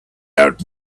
out